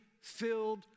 filled